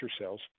cells